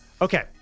Okay